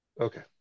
Okay